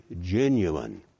genuine